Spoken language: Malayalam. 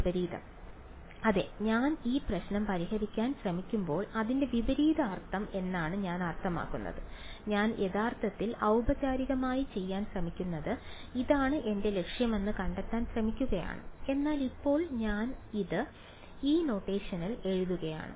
വിപരീതം അതെ ഞാൻ ഈ പ്രശ്നം പരിഹരിക്കാൻ ശ്രമിക്കുമ്പോൾ അതിന്റെ വിപരീത അർത്ഥം എന്നാണ് ഞാൻ അർത്ഥമാക്കുന്നത് ഞാൻ യഥാർത്ഥത്തിൽ ഔപചാരികമായി ചെയ്യാൻ ശ്രമിക്കുന്നത് ഇതാണ് എന്റെ ലക്ഷ്യമെന്ന് കണ്ടെത്താൻ ശ്രമിക്കുകയാണ് എന്നാൽ ഇപ്പോൾ ഞാൻ അത് ഈ നൊട്ടേഷനിൽ എഴുതുകയാണ്